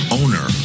owner